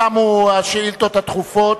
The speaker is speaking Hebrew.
תמו השאילתות הדחופות,